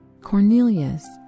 Cornelius